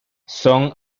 son